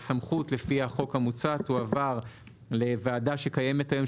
הסמכות לפי החוק המוצע תועבר לוועדה שקיימת היום,